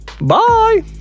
Bye